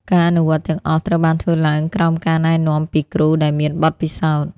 ការអនុវត្តទាំងអស់ត្រូវបានធ្វើឡើងក្រោមការណែនាំពីគ្រូដែលមានបទពិសោធន៍។